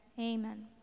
amen